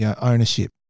ownership